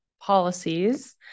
policies